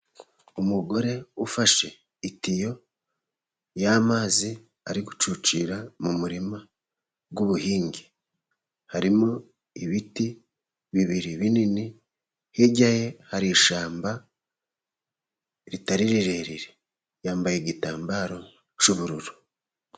Umugore ufashe itiyo y'amazi ari gucucira mu murima w'ubuhinge, harimo ibiti bibiri binini hirya ye hari ishyamba ritari rirerire, yambaye igitambaro cy'ubururu.